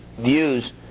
views